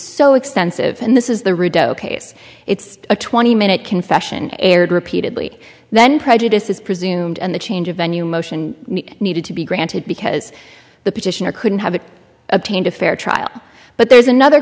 so extensive and this is the root joke case it's a twenty minute confession aired repeatedly then prejudice is presumed and the change of venue motion needed to be granted because the petitioner couldn't have obtained a fair trial but there's another